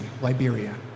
Liberia